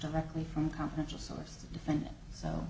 directly from confidential source